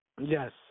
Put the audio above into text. Yes